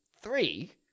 Three